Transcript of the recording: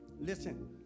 Listen